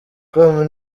com